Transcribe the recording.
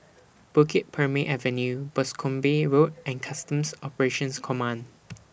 Bukit Purmei Avenue Boscombe Road and Customs Operations Command